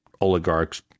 oligarchs